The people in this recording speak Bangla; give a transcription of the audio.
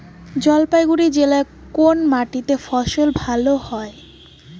জলপাইগুড়ি জেলায় কোন মাটিতে ফসল ভালো হবে?